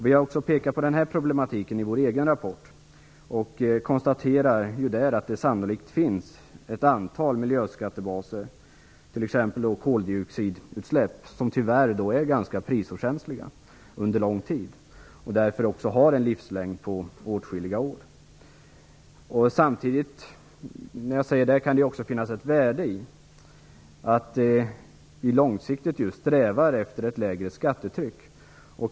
Vi har påpekat detta problem i vår egen rapport och konstaterar att det sannolikt finns ett antal miljöskattebaser, t.ex. koldioxidutsläpp, som tyvärr är ganska prisokänsliga under lång tid och därför också har en livslängd på åtskilliga år. Men det kan finnas ett värde i att vi långsiktigt strävar efter ett lägre skattetryck.